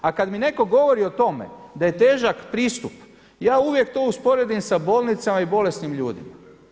A kad mi netko govori o tome da je težak pristup ja uvijek to usporedim sa bolnicama i bolesnim ljudima.